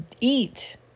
eat